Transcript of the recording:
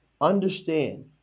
Understand